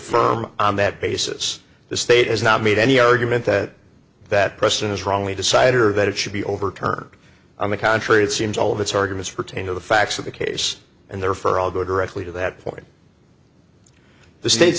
firm on that basis the state has not made any argument that that person is wrongly decided or that it should be overturned on the contrary it seems all of its arguments pertain to the facts of the case and there for all go directly to that point the state